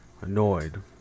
Annoyed